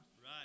right